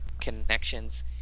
connections